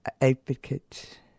advocate